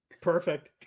Perfect